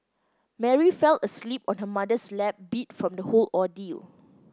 Mary fell asleep on her mother's lap beat from the whole ordeal